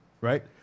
right